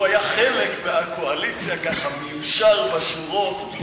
שהוא היה חלק מהקואליציה, ככה מיושר בשורות.